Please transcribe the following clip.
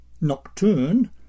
Nocturne